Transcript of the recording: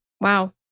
Wow